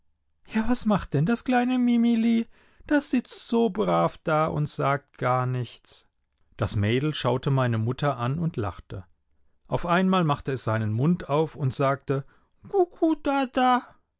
ja was macht denn das kleine mimili das sitzt so brav da und sagt gar nichts das mädel schaute meine mutter an und lachte auf einmal machte es seinen mund auf und sagte gugudada